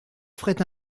ferait